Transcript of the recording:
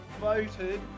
voted